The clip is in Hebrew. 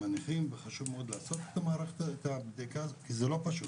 הנכים וחשוב מאוד לעשות את הבדיקה הזאת כי זה לא פשוט.